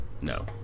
no